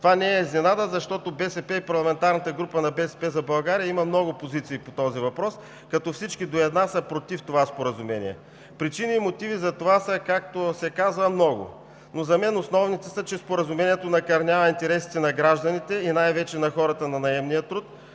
Това не е изненада, защото БСП и парламентарната група на „БСП за България“ има много позиции по този въпрос, като всички до една са против това споразумение. Причините и мотивите за това са много. За мен основните са, че Споразумението накърнява интересите на гражданите и най-вече на хората на наемния труд,